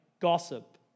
gossip